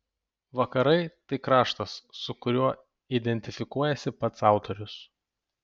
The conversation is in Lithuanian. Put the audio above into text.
vakarai tai kraštas su kuriuo identifikuojasi pats autorius